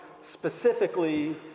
specifically